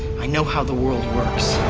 i know how the world works.